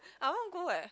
I want to go eh